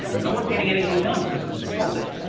no one's getting anything done because of covid,